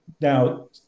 now